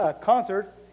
concert